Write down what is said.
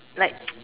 like